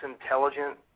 intelligent